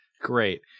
great